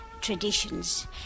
traditions